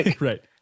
right